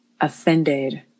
offended